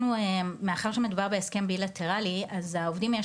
מאחר שמדובר בהסכם בילטראלי אז העובדים יש